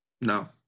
no